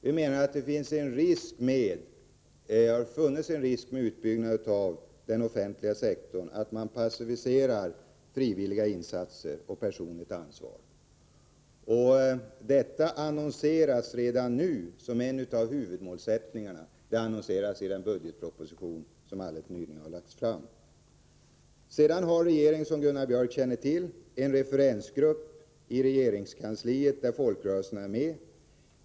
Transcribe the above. Vi menar att det har funnits en risk med utbyggnaden av den offentliga sektorn att man passiverat frivilliga insatser och personligt ansvar. Detta annonseras som en av huvudmålsättningarna redan i den budgetproposition som lades fram i går. Vidare har regeringen, som Gunnar Björk känner till, en referensgrupp i regeringskansliet där folkrörelserna är representerade.